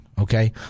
okay